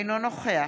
אינו נוכח